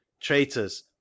traitors